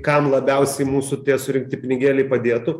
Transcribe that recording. kam labiausiai mūsų tie surinkti pinigėliai padėtų